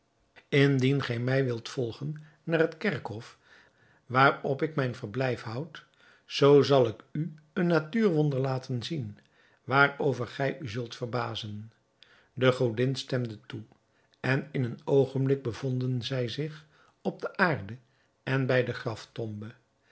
indien gij mij wilt volgen naar het kerkhof waarop ik mijn verblijf houd zoo zal ik u een natuurwonder laten zien waarover gij u zult verbazen de godin stemde toe en in een oogenblik bevonden zij zich op de aarde en bij de